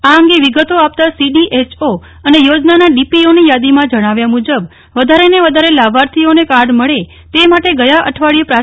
આ અંગે વિગતો આપતાં સીડીએચઓ અને યોજનાના ડીપીઓની યાદીમાં જજ્જાવ્યા મુજબવધારેને વધારે લાભાર્થીઓને કાર્ડ મળે તે માટે ગયા અઠવાડિયે પ્રા